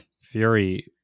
Fury